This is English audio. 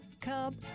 cub